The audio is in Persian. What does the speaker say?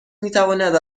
میتواند